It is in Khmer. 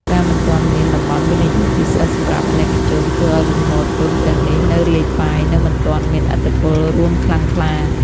ការមិនទាន់មាន "តំបន់វិនិយោគពិសេសសម្រាប់ អាណិកជន" ធ្វើឱ្យលំហូរទុនទាំងនេះនៅរាយប៉ាយ និងមិនទាន់មានឥទ្ធិពលរួមខ្លាំងក្លា។